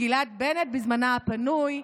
גילת בנט, בזמנה הפנוי,